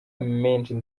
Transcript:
meza